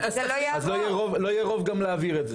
לא יהיה רוב להעביר את זה.